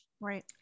Right